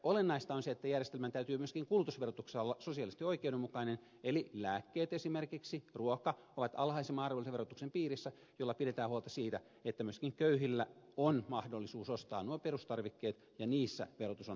olennaista on se että järjestelmän täytyy myöskin kulutusverotuksessa olla sosiaalisesti oikeudenmukainen eli esimerkiksi lääkkeet ja ruoka ovat alhaisimman arvonlisäverotuksen piirissä millä pidetään huolta siitä että myöskin köyhillä on mahdollisuus ostaa nuo perustarvikkeet ja niissä verotus on huomattavan maltillista